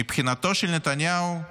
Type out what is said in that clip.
מבחינתו של נתניהו,